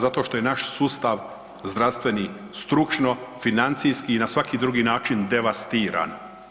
Zato što je naš sustav zdravstveni stručno financijski i na svaki drugi način devastiran.